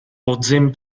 podzim